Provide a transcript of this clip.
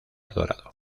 dorado